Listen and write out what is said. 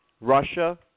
Russia